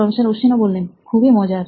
professor Ashwin খুবই মজার